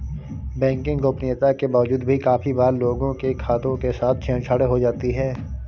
banking गोपनीयता के बावजूद भी काफी बार लोगों के खातों के साथ छेड़ छाड़ हो जाती है